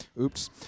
Oops